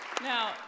Now